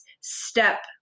step